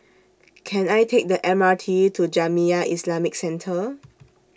Can I Take The M R T to Jamiyah Islamic Centre